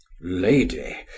lady